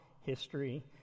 history